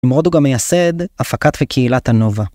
נמרוד הוא גם מייסד הפקת וקהילת הנובה.